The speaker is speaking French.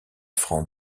francs